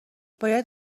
باید